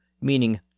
meaning